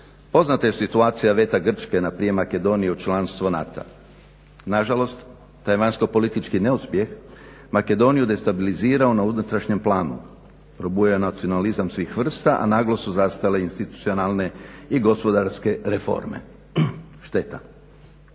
Poznata je situacija VETA Grčke na prijem Makedonije u članstvo NATO-a. Nažalost taj vanjsko politički neuspjeh Makedoniju destabilizirao na unutrašnjem planu, probujao nacionalizam svih vrsta a naglo su zastale institucionalne i gospodarske reforme, šteta.